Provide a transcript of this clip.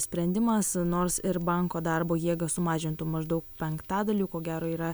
sprendimas nors ir banko darbo jėgą sumažintų maždaug penktadaliu ko gero yra